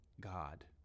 God